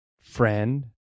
friend